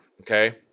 okay